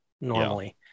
normally